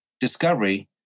discovery